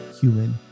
human